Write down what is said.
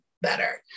better